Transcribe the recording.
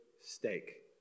steak